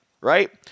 right